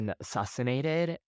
assassinated